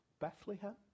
Bethlehem